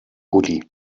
gully